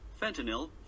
fentanyl